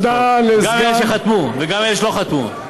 גם אלה שחתמו וגם אלה שלא חתמו.